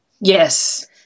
Yes